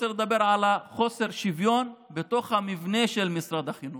צריך לדבר על חוסר השוויון בתוך המבנה של משרד החינוך.